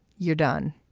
you're done.